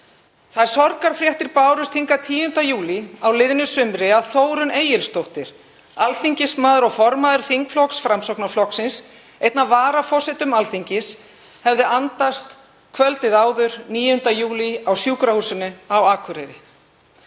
Þær sorgarfréttir bárust hingað 10. júlí á liðnu sumri að Þórunn Egilsdóttir, alþingismaður og formaður þingflokks Framsóknarflokksins, einn af varaforsetum Alþingis, hefði andast kvöldið áður, 9. júlí, á Sjúkrahúsinu á Akureyri.